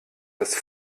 das